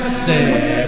stay